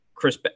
Chris